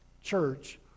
church